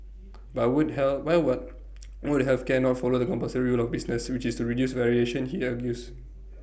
but would help by what would health care not follow the compulsory rule of business which is to reduce variation he argues